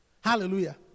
Hallelujah